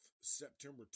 September